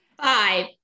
Five